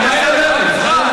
החלטה